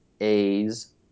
A's